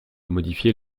modifier